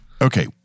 okay